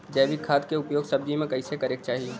जैविक खाद क उपयोग सब्जी में कैसे करे के चाही?